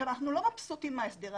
אנחנו לא מרוצים מההסדר הזה,